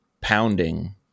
pounding